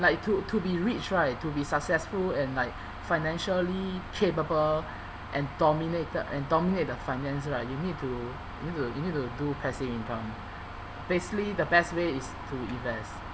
like to to be rich right to be successful and like financially capable and dominated and dominate the finance right you need to you need to you need to do passive income place basically the best way is to invest